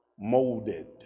molded